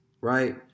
right